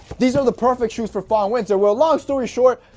the so the perfect shoes for fall winter. well, long story short,